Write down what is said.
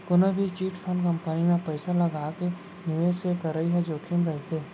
कोनो भी chit fund company म पइसा लगाके निवेस के करई म जोखिम रहिथे